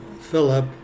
Philip